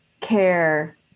care